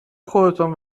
خودتان